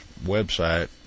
website